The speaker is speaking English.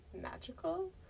magical